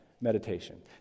meditation